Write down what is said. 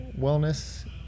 wellness